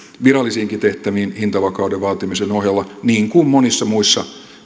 virallisiinkin tehtäviin hintavakauden vaatimisen ohella niin kuin monissa muissa